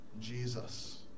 Jesus